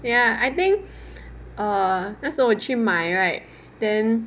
ya I think err 那时候我去买 right then